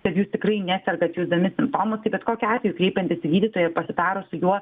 kad jūs tikrai nesergat jusdami simptomus bet kokiu atveju kreipiantis į gydytojąir pasitarus su juo